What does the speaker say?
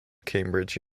cambridge